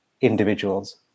individuals